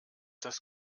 das